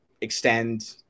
extend